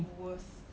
worst